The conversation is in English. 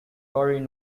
buried